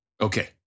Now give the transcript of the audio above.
Okay